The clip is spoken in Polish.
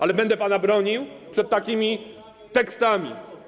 ale będę pana bronił przed takimi tekstami.